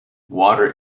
water